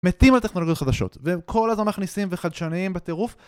מתים על טכנולוגיות חדשות וכל הזמן מכניסים וחדשניים בטירוף